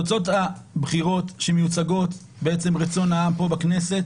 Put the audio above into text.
תוצאות הבחירות שמיוצגות בעצם רצון העם פה בכנסת,